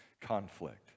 conflict